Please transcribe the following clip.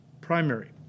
primary